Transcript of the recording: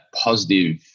positive